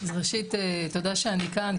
אז ראשית תודה שאני כאן,